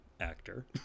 actor